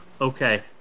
Okay